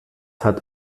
hat